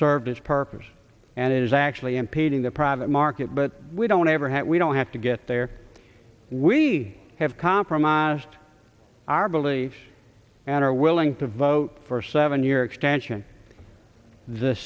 served its purpose and is actually impeding the private market but we don't ever have we don't have to get there we have compromised our beliefs and are willing to vote for a seven year extension the